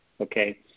Okay